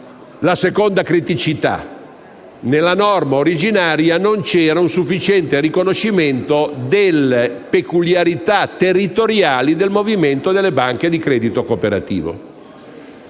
seconda criticità. Nella norma originaria non c'era un sufficiente riconoscimento delle peculiarità territoriali del movimento delle banche di credito cooperativo.